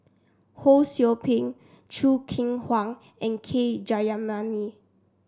Ho Sou Ping Choo Keng Kwang and K Jayamani